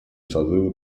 созыва